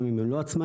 גם אם הם לא עצמאים,